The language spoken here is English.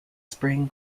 spring